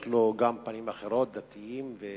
יש לו גם פנים אחרות, דתיות.